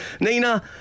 Nina